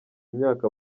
imyaka